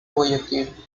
guayaquil